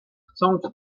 chcąc